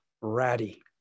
ratty